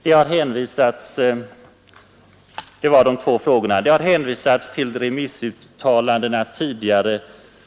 Det har hänvisats till remissuttalandena tidigare.